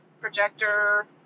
projector